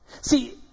See